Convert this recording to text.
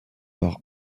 par